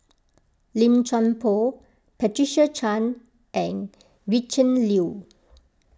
Lim Chuan Poh Patricia Chan and Gretchen Liu